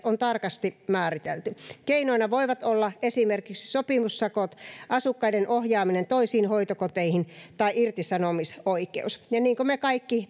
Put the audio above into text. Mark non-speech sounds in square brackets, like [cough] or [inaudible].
on tarkasti määritelty keinoina voivat olla esimerkiksi sopimussakot asukkaiden ohjaaminen toisiin hoitokoteihin tai irtisanomisoikeus niin niin kuin me kaikki [unintelligible]